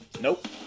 Nope